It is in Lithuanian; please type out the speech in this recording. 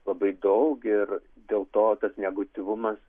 labai daug ir dėl to tas negatyvumas